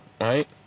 right